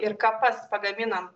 ir kapas pagaminam